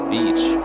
Beach